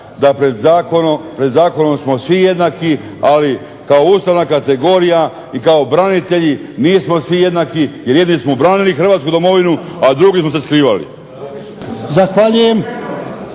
da pred zakonom smo svi jednaki, ali kao ustavna kategorija i kao branitelji nismo svi jednaki, jer jedni smo branili hrvatsku domovinu, a drugi su se skrivali.